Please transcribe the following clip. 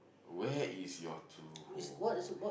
where is your true home